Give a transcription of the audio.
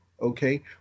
okay